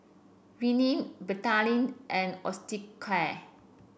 Rene Betadine and Osteocare